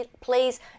please